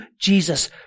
Jesus